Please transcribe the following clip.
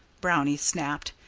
brownie snapped.